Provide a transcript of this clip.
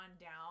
down